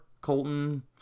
Colton